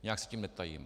Nijak se tím netajím.